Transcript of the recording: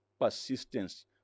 Persistence